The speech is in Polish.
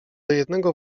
jednego